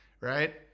Right